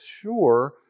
sure